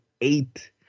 eight